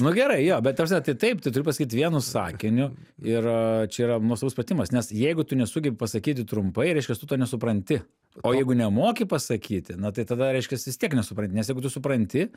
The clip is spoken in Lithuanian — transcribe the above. nu gerai jo bet ta prasme tai taip tu turi pasakyt vienu sakiniu ir čia yra nuostabus pratimas nes jeigu tu nesugebi pasakyti trumpai reiškias tu to nesupranti o jeigu nemoki pasakyti na tai tada reiškias vis tiek nesupranti nes jeigu tu supranti